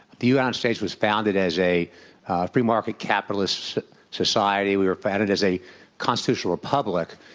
the united states was founded as a free market capitalist society. we were founded as a constitutional republic.